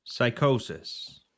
Psychosis